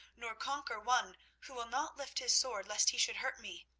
nor conquer one who will not lift his sword lest he should hurt me.